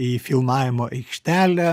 į filmavimo aikštelę